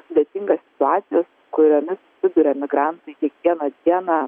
sudėtingas situacijas kuriomis susiduria migrantai kiekvieną dieną